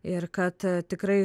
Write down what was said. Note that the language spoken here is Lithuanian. ir kad tikrai